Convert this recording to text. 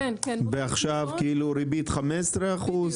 ועכשיו, כאילו, ריבית של 15 אחוז וכו'?